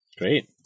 Great